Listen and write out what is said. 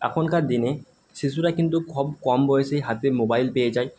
এখনকার দিনে শিশুরা কিন্তু খুব কম বয়সেই হাতে মোবাইল পেয়ে যায়